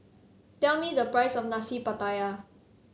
tell me the price of Nasi Pattaya